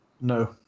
No